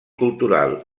cultural